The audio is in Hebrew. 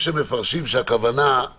יש מפרשים שהכוונה היא